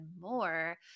more